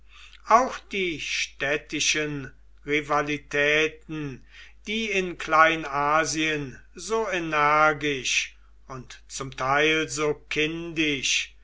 auch die städtischen rivalitäten die in kleinasien so energisch und zum teil so kindisch